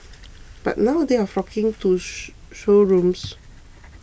but now they are flocking to showrooms